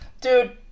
Dude